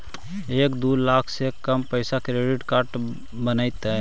एक दू लाख से कम पैसा में क्रेडिट कार्ड बनतैय?